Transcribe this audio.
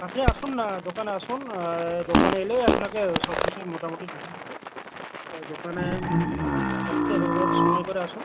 আপনি আসুন না দোকানে আসুন দোকানে এলে আপনাকে সব কিছুই মোটামোটি বুঝিয়ে দেবো তা দোকানে সময় করে আসুন